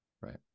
Right